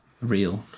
Real